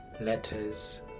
letters